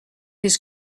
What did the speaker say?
his